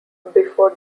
before